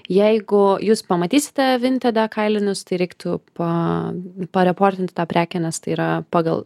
jeigu jūs pamatysite vintede kailinius tai reiktų pa pareportinti tą prekę nes tai yra pagal